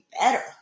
better